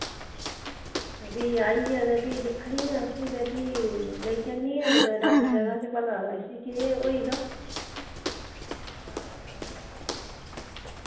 ते फ्ही आइयै ते फ्ही दिक्खनी आं उसी ते फ्ही लेई जन्ने आं कुतै डॉक्टरै दे भला इसी केह् होई होई गेदा